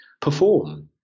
perform